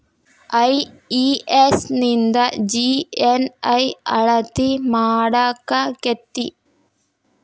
IES ನಿಂದ GNI ಅಳತಿ ಮಾಡಾಕಕ್ಕೆತಿ?